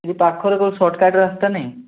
ଏଠି ପାଖରେ କେଉଁ ସର୍ଟ୍କର୍ଟ୍ ରାସ୍ତା ନାହିଁ